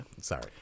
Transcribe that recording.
sorry